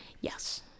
yes